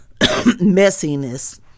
messiness